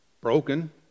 broken